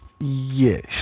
yes